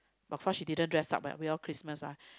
of course she didn't dress up right we all Christmas mah